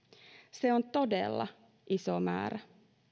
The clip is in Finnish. se on todella iso määrä